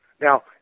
Now